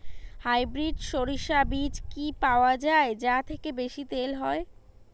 Hybrid শরিষা বীজ কি পাওয়া য়ায় যা থেকে বেশি তেল হয়?